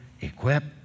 equipped